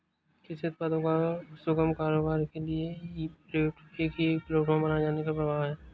कृषि उत्पादों का सुगम कारोबार के लिए एक ई प्लेटफॉर्म बनाए जाने का भी प्रस्ताव है